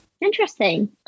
interesting